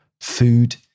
food